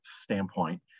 standpoint